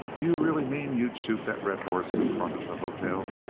do you really mean you'd shoot that red horse in front of the hotel?